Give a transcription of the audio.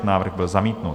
Návrh byl zamítnut.